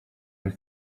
and